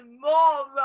more